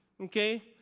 Okay